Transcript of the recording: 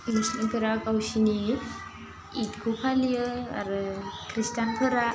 मुस्लिमफोरा गावसिनि इधखौ फालियो आरो ख्रिष्टानफोरा